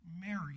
Mary